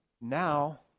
Now